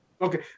Okay